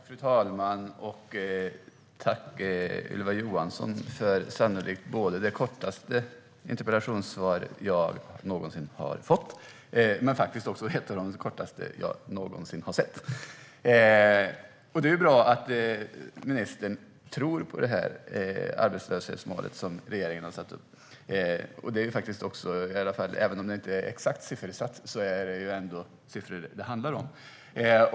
Fru talman! Jag tackar Ylva Johansson för det sannolikt kortaste interpellationssvar som jag någonsin har fått. Det är också ett av de kortaste som jag någonsin har sett. Det är bra att ministern tror på det arbetslöshetsmål som regeringen har satt upp. Även om det inte är exakt siffersatt är det ändå siffror som det handlar om.